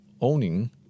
owning